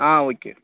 ஆ okay